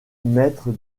maître